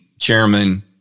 chairman